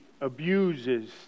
abuses